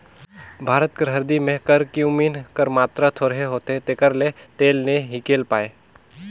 भारत कर हरदी में करक्यूमिन कर मातरा थोरहें होथे तेकर ले तेल नी हिंकेल पाए